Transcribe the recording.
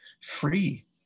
free